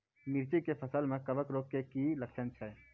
मिर्ची के फसल मे कवक रोग के की लक्छण छै?